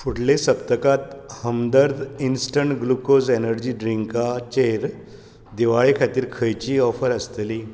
फुडले सप्तकांत Hamdard instant glucose energy ड्रिंकाचेर दिवाळे खातीर खंयचीय ऑफर आसतली